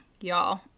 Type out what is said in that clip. Y'all